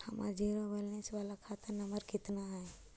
हमर zero balance बाला खाता नम्बर कितना है?